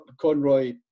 Conroy